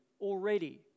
already